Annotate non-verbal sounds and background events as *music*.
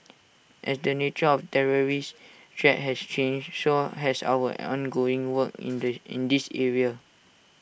as the nature of terrorist threat has changed so has our ongoing work *noise* in the in this area